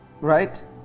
Right